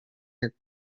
your